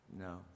no